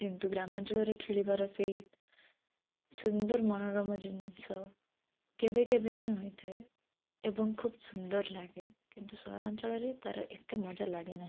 କିନ୍ତୁ ଗ୍ରାମାଞ୍ଚଳରେ ଖେଳିବାର ସେଇ ସୁନ୍ଦର ମନୋରମ ଜିନିଷ କେବେ କେବେ'ହିଁ ହୋଇଥାଏ ଏବଂ ଖୁବ୍ ସୁନ୍ଦର ଲାଗେ କିନ୍ତୁ ସହରାଞ୍ଚଳରେ ତା'ର ଏତେ ମଜା ଲାଗେନାହିଁ